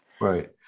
Right